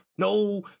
no